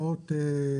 שעות.